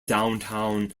downtown